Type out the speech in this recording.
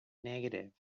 negative